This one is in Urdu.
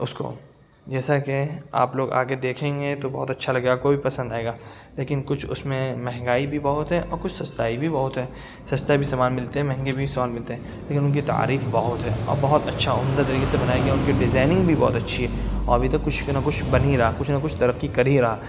اس کو جیسا کہ آپ لوگ آ کے دیکھیں گے تو بہت اچھا لگے گا آپ کو بھی پسند آئے گا لیکن کچھ اس میں مہنگائی بھی بہت ہے اور کچھ سستائی بھی بہت ہے سستے بھی سامان ملتے ہیں مہنگے بھی سامان ملتے ہیں لیکن ان کی تعریف بہت ہے اور بہت اچھا عمدہ طریقے سے بنایا گیا ان کی ڈیزائیننگ بھی بہت اچھی ہے اور ابھی تک کچھ نہ کچھ بن ہی رہا ہے کچھ نہ کچھ ترقی کر ہی رہا ہے